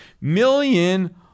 million